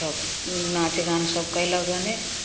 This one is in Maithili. सब नाच गान सब कयलक गने